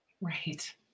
Right